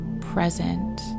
present